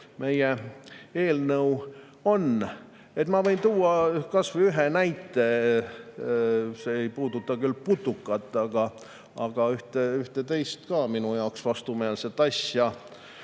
meie eelnõu ongi. Ma võin tuua ühe näite. See ei puuduta küll putukat, aga ühte teist minu jaoks vastumeelset asja.